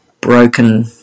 broken